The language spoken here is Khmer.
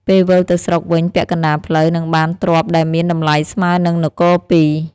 ពេលវិលទៅស្រុកវិញពាក់កណ្ដាលផ្លូវ នឹងបានទ្រព្យដែលមានតម្លៃស្មើនឹងនគរពីរ។